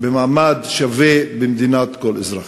במעמד שווה במדינת כל אזרחיה.